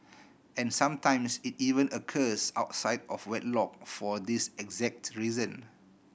and sometimes it even occurs outside of wedlock for this exact reason